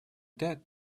that